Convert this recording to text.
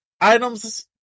items